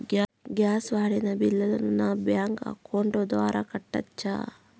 Gas వాడిన బిల్లును నా బ్యాంకు అకౌంట్ ద్వారా కట్టొచ్చా?